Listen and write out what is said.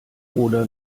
oder